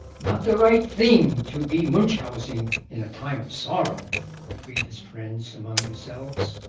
not the right thing to be munchausening in a time of sorrow agreed his friends among themselves,